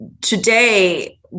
Today